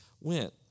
went